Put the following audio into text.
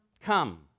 come